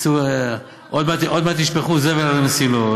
עוד מעט ישפכו זבל על המסילות,